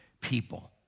people